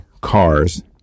cars